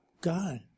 God